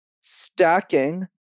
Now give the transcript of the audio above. stacking